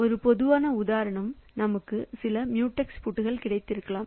ஒரு பொதுவான உதாரணம் நமக்கு சில மியூடெக்ஸ் பூட்டுகள் கிடைத்திருக்கலாம்